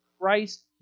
Christ